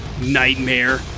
nightmare